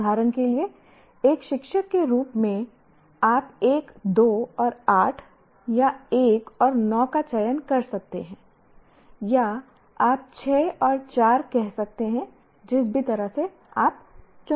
उदाहरण के लिए एक शिक्षक के रूप में आप एक 2 और 8 या 1 और 9 का चयन कर सकते हैं या आप 6 और 4 कह सकते हैं जिस भी तरह से आप चुन सकते हैं